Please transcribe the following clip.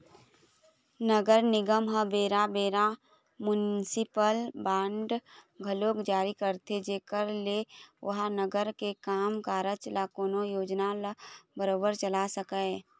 नगर निगम ह बेरा बेरा म्युनिसिपल बांड घलोक जारी करथे जेखर ले ओहा नगर के काम कारज ल कोनो योजना ल बरोबर चला सकय